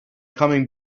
coming